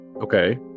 okay